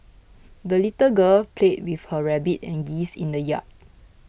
the little girl played with her rabbit and geese in the yard